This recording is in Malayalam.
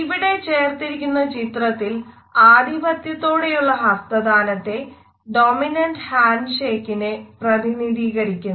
ഇവിടെ ചേർത്തിരിക്കുന്ന ചിത്രം അധിപത്യത്തോടെയുള്ള ഹസ്തദാനത്തെ പ്രധിനിധികരിക്കുന്നു